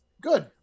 good